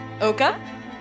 Oka